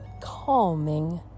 calming